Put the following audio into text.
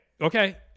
okay